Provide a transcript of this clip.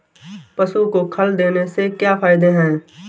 पशु को खल देने से क्या फायदे हैं?